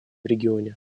регионе